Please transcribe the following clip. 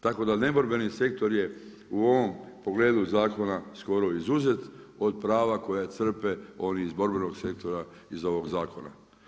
Tako da neborbeni sektor je u ovom pogledu zakona skoro izuzet od prava koja crpe ovi iz borbenog sektora iz ovog zakona.